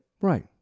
Right